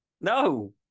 No